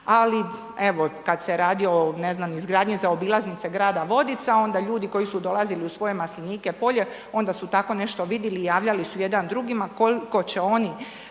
ali, evo, kad se radi o, ne znam, izgradnji zaobilaznice grada Vodica, onda ljudi koji su dolazili u svoje maslinike, polje, onda su tako nešto vidjeli, javljali su jedan drugima, tko će oni